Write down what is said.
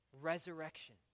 resurrection